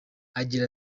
agira